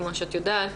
כמו שאת יודעת,